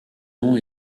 nom